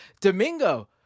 Domingo